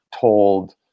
told